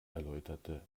erläuterte